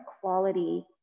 quality